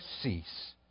cease